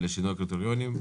לשינוי הקריטריונים,